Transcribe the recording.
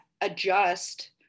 adjust